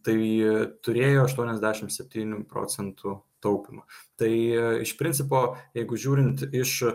tai turėjo aštuonaisdešimt septynių procentų taupymą tai iš principo jeigu žiūrint iš